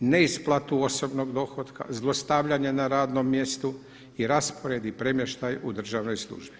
neisplatu osobnog dohotka, zlostavljanje na radnom mjesto i raspored i premještaj u državnoj službi.